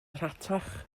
rhatach